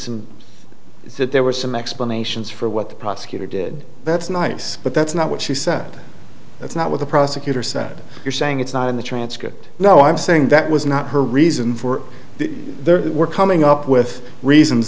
some that there were some explanations for what the prosecutor did that's nice but that's not what she said that's not what the prosecutor said you're saying it's not in the transcript no i'm saying that was not her reason for there were coming up with reasons